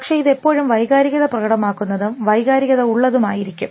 പക്ഷേ ഇത് എപ്പോഴും വൈകാരികത പ്രകടമാക്കുന്നതും വൈകാരികത ഉള്ളതും ആയിരിക്കും